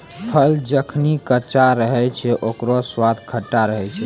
फल जखनि कच्चा रहै छै, ओकरौ स्वाद खट्टा रहै छै